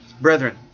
Brethren